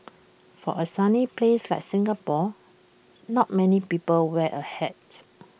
for A sunny place like Singapore not many people wear A hat